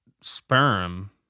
sperm